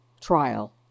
trial